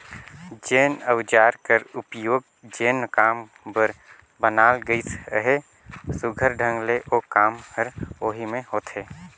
जेन अउजार कर उपियोग जेन काम बर बनाल गइस अहे, सुग्घर ढंग ले ओ काम हर ओही मे होथे